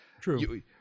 True